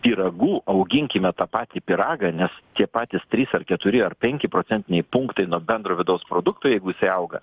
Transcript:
pyragu auginkime tą patį pyragą nes tie patys trys ar keturi ar penki procentiniai punktai nuo bendro vidaus produkto jeigu jisai auga